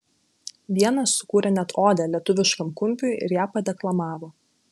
vienas sukūrė net odę lietuviškam kumpiui ir ją padeklamavo